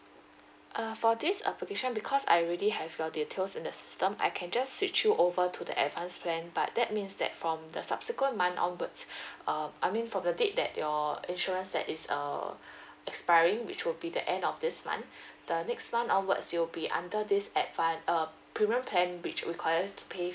uh for this application because I already have your details in the system I can just switch you over to the advance plan but that means that from the subsequent month onwards uh I mean from the date that your insurance that is uh expiring which will be the end of this month the next month onwards you'll be under this advan~ uh premium plan which requires to pay